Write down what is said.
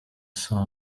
saa